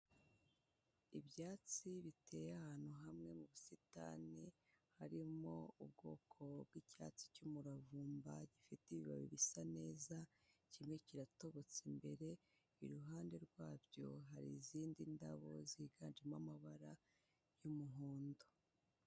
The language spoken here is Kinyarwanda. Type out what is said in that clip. Ibyatsi biteye ahantu hamwe mu busitani, harimo ubwoko bw'icyatsi cy'umuravumba gifite ibibabi bisa neza, kimwe kiratobotse imbere iruhande rwabyo hari izindi ndabo ziganjemo amabara y'umuhondo.